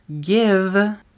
give